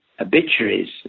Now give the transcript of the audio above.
obituaries